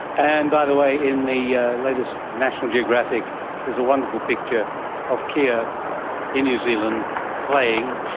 and, by the way, in the latest national geographic there's a wonderful picture of kea ah in new zealand playing,